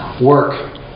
work